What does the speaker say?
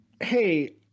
hey